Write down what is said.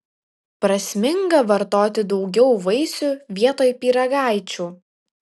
prasminga vartoti daugiau vaisių vietoj pyragaičių